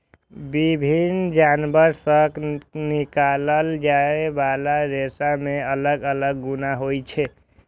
विभिन्न जानवर सं निकालल जाइ बला रेशा मे अलग अलग गुण होइ छै